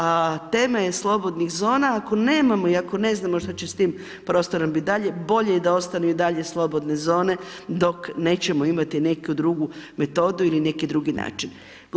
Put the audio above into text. A tema je slobodnih zona, ako nemamo i ako ne znamo što će sa tim prostorom biti dalje, bolje je da ostanu i dalje slobodne zone dok nećemo imati neku drugu metodu ili neki drugi način.